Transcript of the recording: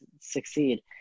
succeed